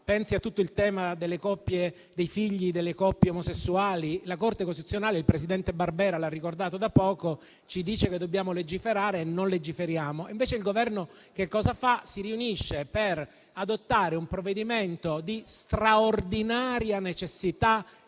pensi a tutto il tema dei figli delle coppie omosessuali. La Corte costituzionale, come il presidente Barbera ha ricordato da poco, ci dice che dobbiamo legiferare e noi non legiferiamo. Invece, il Governo che cosa fa? Si riunisce per adottare un provvedimento di straordinaria necessità